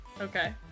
okay